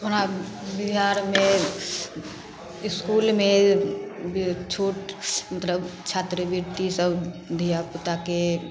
ओना बिहारमे इसकुलमे छूट मतलब छात्रवृतिसब धिआपुताके